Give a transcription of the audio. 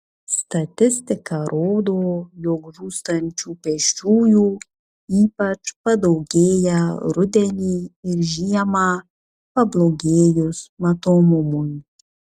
statistika rodo jog žūstančių pėsčiųjų ypač padaugėja rudenį ir žiemą pablogėjus matomumui